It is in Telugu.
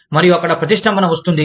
మరియు అక్కడ ప్రతిష్ఠంభన వస్తుంది